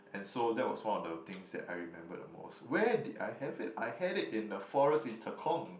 and so that was one of the things that I remembered the most where did I have it I had it in the forest in tekong